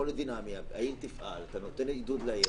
העיר תפעל ואתה נותן לה עידוד.